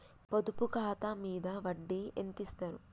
పొదుపు ఖాతా మీద వడ్డీ ఎంతిస్తరు?